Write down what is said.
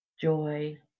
joy